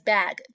Bag